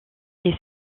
est